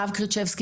הרב קרצ'בסקי,